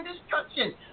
destruction